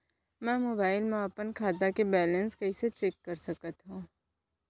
मैं मोबाइल मा अपन खाता के बैलेन्स कइसे चेक कर सकत हव?